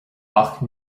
ach